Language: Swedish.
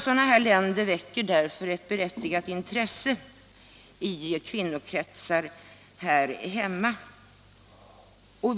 Sådana länder väckte därför ett berättigat intresse i kvinnokretsar här hemma.